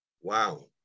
Wow